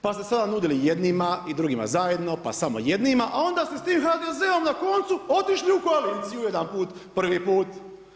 Pa ste se onda nudili jednima i drugima zajedno, pa samo jednima, a onda ste s tim HDZ-om na koncu otišli u koaliciju jedanput, prvi put.